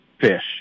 fish